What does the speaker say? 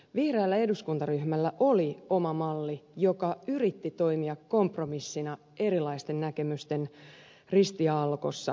vihreällä eduskuntaryhmällä oli oma malli joka yritti toimia kompromissina erilaisten näkemysten ristiaallokossa